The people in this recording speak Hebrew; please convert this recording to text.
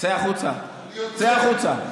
צא החוצה.